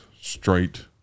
straight